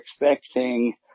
expecting